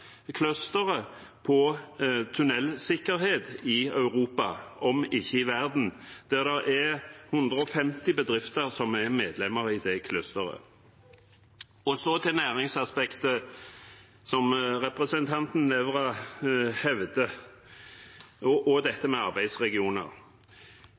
på tunnelsikkerhet i Europa, om ikke i verden. Det er 150 bedrifter med i clusteret. Til næringsaspekt og arbeidsregioner, som representanten Nævra nevnte: Både LO og NHO, spesielt fra Vestlandet, reiste samlet inn til Stortinget og